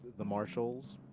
the marshals,